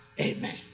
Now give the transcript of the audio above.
Amen